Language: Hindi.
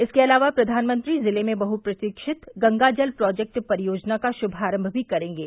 इसके अलावा प्रधानमंत्री जिले में बहुप्रतिक्षित गंगाजल प्रोजेक्ट परियोजना का शुभारम्भ भी करेंगे